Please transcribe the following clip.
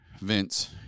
Vince